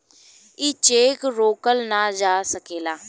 ई चेक रोकल ना जा सकेला